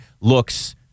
looks